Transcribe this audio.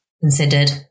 considered